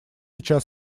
ведем